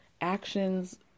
actions